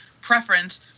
preference